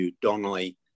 Donnelly